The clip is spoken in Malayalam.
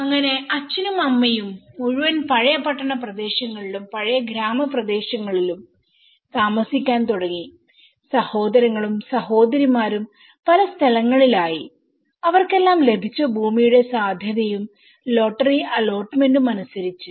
അങ്ങനെ അച്ഛനും അമ്മയും നഗരം മുഴുവൻ പഴയ പട്ടണ പ്രദേശങ്ങളിലും പഴയ ഗ്രാമ പ്രദേശങ്ങളിലും താമസിക്കാൻ തുടങ്ങി സഹോദരങ്ങളും സഹോദരിമാരും പല സ്ഥലങ്ങളിൽ ആയി അവർക്കെല്ലാം ലഭിച്ച ഭൂമിയുടെ സാധ്യതയും ലോട്ടറി അലോട്ട്മെന്റും അനുസരിച്ചു